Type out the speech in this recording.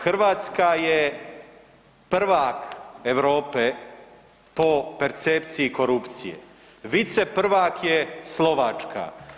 Hrvatska je prvak Europe po percepciji korupcije, viceprvak je Slovačka.